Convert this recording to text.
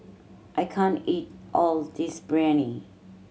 I can't eat all this Biryani